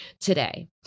today